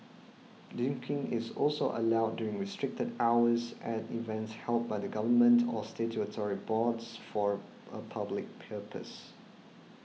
drinking is also allowed during restricted hours at events held by the Government or statutory boards for a a public purpose